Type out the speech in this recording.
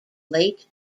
late